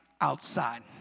outside